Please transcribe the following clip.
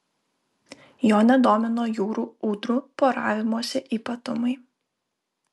jo nedomino jūrų ūdrų poravimosi ypatumai